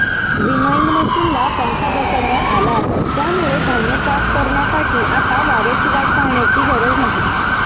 winnowing मशिनला पंखा बसवण्यात आला आहे, त्यामुळे धान्य साफ करण्यासाठी आता वाऱ्याची वाट पाहण्याची गरज नाही